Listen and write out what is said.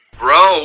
bro